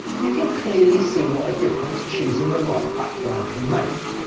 you can clearly see what a difference choosing the right background can make.